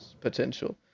potential